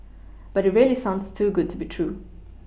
but it really sounds too good to be true